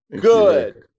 Good